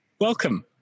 Welcome